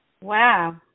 Wow